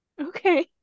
Okay